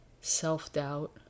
self-doubt